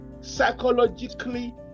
psychologically